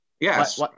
Yes